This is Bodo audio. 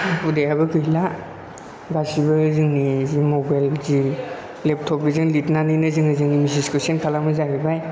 हुदायाबो गैला गासिबो जोंनि जि मबाइल जि लेपटप बेजों लिरनानैनो जोङो जोंनि मेसेजखौ सेन्ड खालामो जाहैबाय